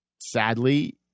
Sadly